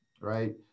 right